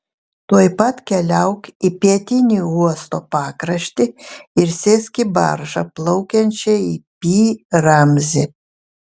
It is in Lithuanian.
tuoj pat keliauk į pietinį uosto pakraštį ir sėsk į baržą plaukiančią į pi ramzį